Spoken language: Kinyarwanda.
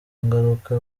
ngaruka